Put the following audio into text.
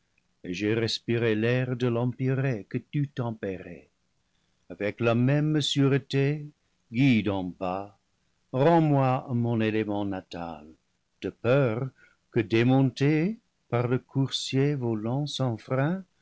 j'ai respiré l'air de i'empyrée que tu tempérais avec la même sûreté guide en bas rends-moi à mon élément natal de peur que démonté par ce coursier volant sans frein